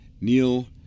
Neil